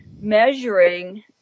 measuring